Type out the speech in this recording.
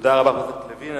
תודה רבה לחבר הכנסת לוין.